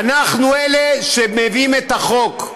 אנחנו אלה שמביאים את החוק.